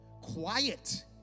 quiet